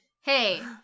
Hey